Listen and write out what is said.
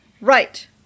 right